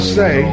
say